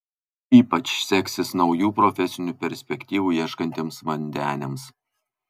ypač seksis naujų profesinių perspektyvų ieškantiems vandeniams